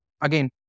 again